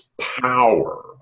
power